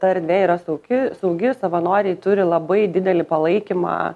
ta erdvė yra sauki saugi savanoriai turi labai didelį palaikymą